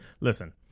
listen